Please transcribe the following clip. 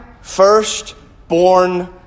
firstborn